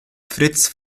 fritz